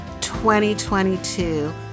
2022